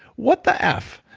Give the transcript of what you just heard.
what the f,